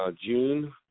June